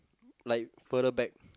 like further back